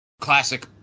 classic